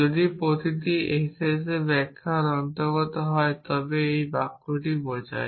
যদি প্রতিটি s s ব্যাখ্যার অন্তর্গত হয় তবে এই বাক্যটি বোঝায়